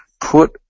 put